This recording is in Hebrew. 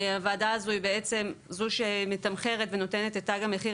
הוועדה הזו היא שמתמחרת ונותנת את תג המחיר